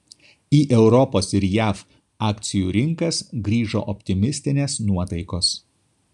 į europos ir jav akcijų rinkas grįžo optimistinės nuotaikos